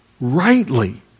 rightly